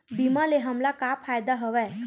बीमा ले हमला का फ़ायदा हवय?